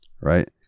right